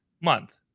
month